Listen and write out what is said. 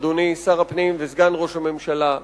אדוני שר הפנים וסגן ראש הממשלה,